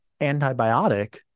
antibiotic